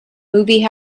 movie